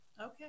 Okay